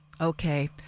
Okay